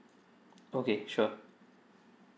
okay sure